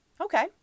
Okay